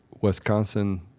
Wisconsin